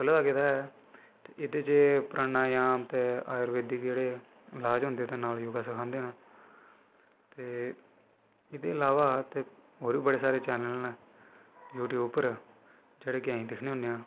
खोलेआ गेदा ऐ ते एह्दै च एह् परानायाम ते अयुर्वेदिक जेह्ड़े लाज़होंदे न ते नाल योगा सखांदे न एह्दे इलावा होर बी बड़े सारे चैन्नल न यूटयूब उप्पर जेह्ड़े कि अस दिक्खनें होनें आं